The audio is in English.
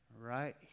right